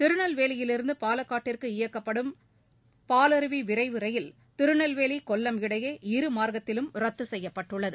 திருநெல்வேலியிருந்து பாலகாட்டிற்கு இயக்கப்படும் பாலருவி விரைவு ரயில் திருநெல்வேலி கொல்லம் இடையே இரு மாா்க்கத்திலும் ரத்து செய்யப்பட்டுள்ளது